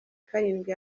karindwi